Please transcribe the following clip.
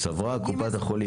(ג) סברה קופת החולים,